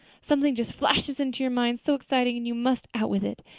something just flashes into your mind, so exciting, and you must out with it.